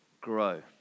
grow